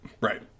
Right